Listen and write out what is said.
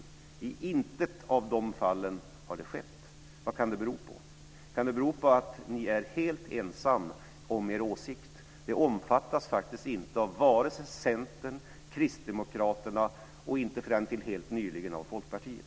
I intet av de fallen har det skett. Vad kan det bero på? Kan det bero på att ni är helt ensamma om er åsikt? Den omfattas faktiskt inte av vare sig Centern eller Kristdemokraterna, och fram till helt nyligen inte heller av Folkpartiet.